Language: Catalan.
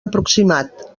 aproximat